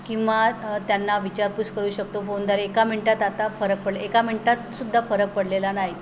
किंवा त्यांना विचारपूस करू शकतो फोनद्वारे एका मिनटात आता फरक पडले एका मिनटात सुद्धा फरक पडलेला नाही